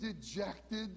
dejected